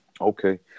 Okay